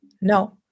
no